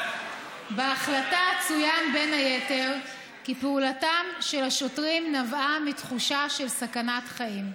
בהחלטה צוין בין היתר כי פעולתם של השוטרים נבעה מתחושה של סכנת חיים.